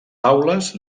taules